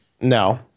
No